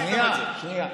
שנייה,